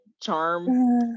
charm